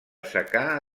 secà